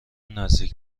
نزدیک